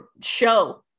show